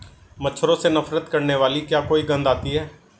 मच्छरों से नफरत करने वाली क्या कोई गंध आती है?